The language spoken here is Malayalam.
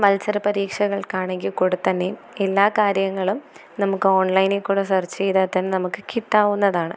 മത്സരപരീക്ഷകൾക്കാണെങ്കിൽ കൂടത്തന്നേയും എല്ലാ കാര്യങ്ങളും നമുക്ക് ഓൺലൈനിൽ കൂടെ സെർച്ച് ചെയ്താൽ തന്നെ നമുക്ക് കിട്ടാവുന്നതാണ്